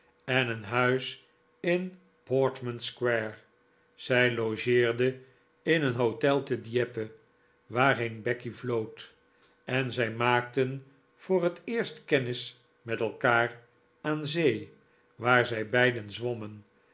en een huis in portman square zij logeerde in een hotel te dieppe waarheen becky vlood en zij maakten voor het eerst kennis met elkaar aan zee waar zij beiden zwommen